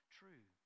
true